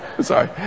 Sorry